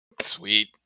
Sweet